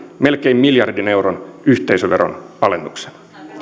melkein miljardin euron yhteisöveron alennuksen